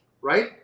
right